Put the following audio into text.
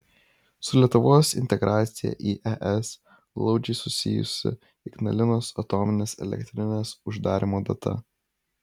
su lietuvos integracija į es glaudžiai susijusi ignalinos atominės elektrinės uždarymo data